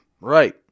Right